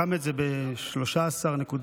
הדרישות לתשלום מיסים,